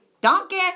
Donkey